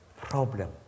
problem